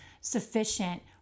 sufficient